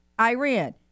Iran